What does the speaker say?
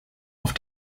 auf